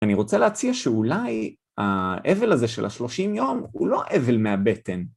אני רוצה להציע שאולי האבל הזה של השלושים יום הוא לא אבל מהבטן.